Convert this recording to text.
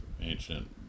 ancient